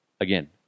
Again